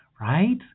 right